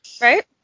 Right